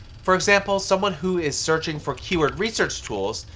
for example, someone who is searching for keyword research tools,